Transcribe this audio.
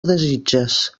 desitges